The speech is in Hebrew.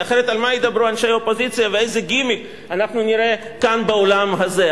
כי אחרת על מה ידברו אנשי האופוזיציה ואיזה גימיק נראה כאן באולם הזה?